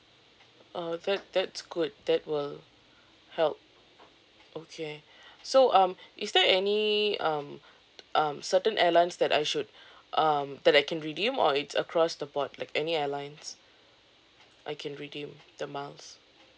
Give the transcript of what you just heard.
oh that that's good that will help okay so um is there any um um certain airlines that I should um that I can redeem or it's across the board like any airlines I can redeem the miles